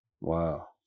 Wow